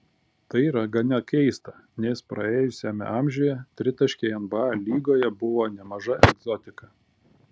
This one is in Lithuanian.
tai yra gana keista nes praėjusiame amžiuje tritaškiai nba lygoje buvo nemaža egzotika